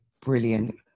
brilliant